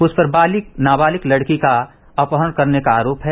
उस पर नाबालिग लड़की का अपहरण करने का आरोप है